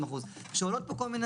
בעבור שירות אשפוז במחלקות פנימיות